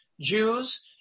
Jews